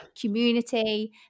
community